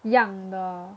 样的